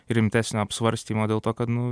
rimtesnio apsvarstymo dėl to kad nu